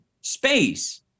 space